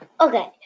Okay